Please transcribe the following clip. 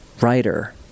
writer